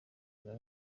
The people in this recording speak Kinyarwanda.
bwa